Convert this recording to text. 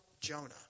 Jonah